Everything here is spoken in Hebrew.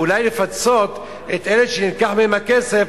אולי לפצות את אלה שנלקח מהם הכסף,